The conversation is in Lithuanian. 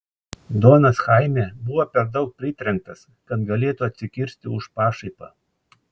donas chaime buvo per daug pritrenktas kad galėtų atsikirsti už pašaipą